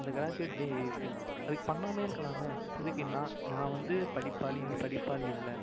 அந்த க்ராஜுவேட் டே எதுக்கு அதுக்கு பண்ணாமையே இருக்கலாமே எதுக்கு நான் நான் வந்து படிப்பாளி நீ படிப்பாளி இல்லை